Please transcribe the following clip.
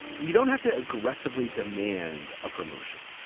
you don't have to aggressively demand a promotion.